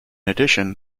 addition